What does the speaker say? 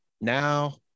now